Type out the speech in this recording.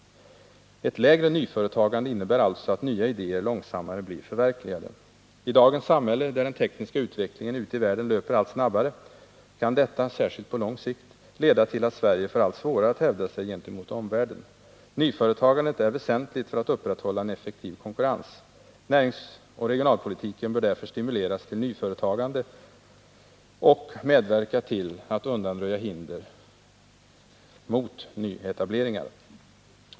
Ett lägre nyföretagande innebär alltså att nya idéer långsammare blir förverkligade. I dagens samhälle där den tekniska utvecklingen ute i världen löper allt snabbare kan dc ita, särskilt på lång sikt, leda till att Sverige får allt svårare att hävda sig gentemot omvärlden. Nyföretagandet är väsentligt för att vi skall kunna upprätthålla en effektiv konkurrens. Näringsoch regionalpolitiken bör därför stimuleras till nyföretagande och medverka till att undanröja hinder för nyetableringar.